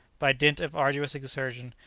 by dint of arduous exertion,